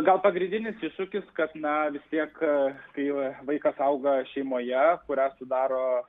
gal pagrindinis iššūkis kad na vistiek kai vaikas auga šeimoje kurią sudaro